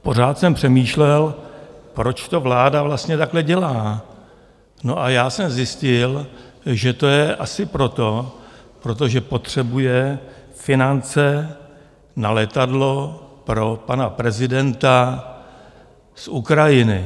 Pořád jsem přemýšlel, proč to vláda vlastně takhle dělá, a já jsem zjistil, že to je asi proto, protože potřebuje finance na letadlo pro pana prezidenta z Ukrajiny.